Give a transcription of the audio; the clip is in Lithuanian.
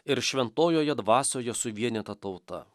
ir šventojoje dvasioje suvienyta tauta